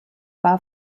war